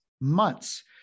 months